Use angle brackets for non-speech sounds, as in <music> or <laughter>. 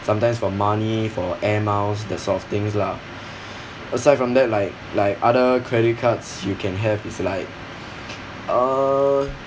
sometimes for money for air miles that sort of things lah <breath> aside from that like like other credit cards you can have is like uh